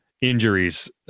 injuries